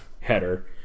header